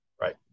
right